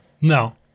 no